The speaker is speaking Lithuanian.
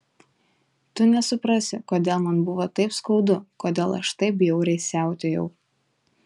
tu nesuprasi kodėl man buvo taip skaudu kodėl aš taip bjauriai siautėjau